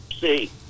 See